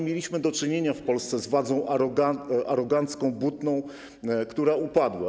Mieliśmy do czynienia w Polsce z władzą arogancką, butną, która upadła.